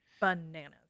Bananas